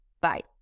Bye